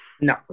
No